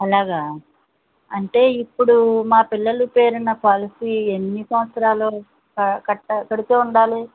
అలాగా అంటే ఇప్పుడు మా పిల్లలు పేరు ఉన్న పాలసీ ఎన్ని సంవత్సరాలు కట్టా కడుతూ ఉండాలి